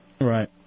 Right